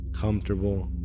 comfortable